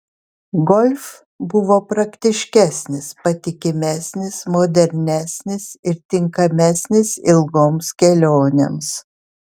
golf buvo praktiškesnis patikimesnis modernesnis ir tinkamesnis ilgoms kelionėms